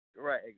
Right